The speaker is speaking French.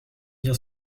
bien